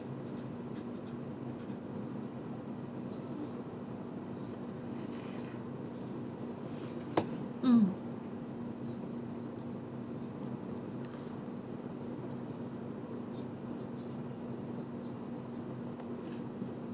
um